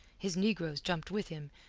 his negroes jumped with him,